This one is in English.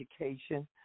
education